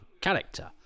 character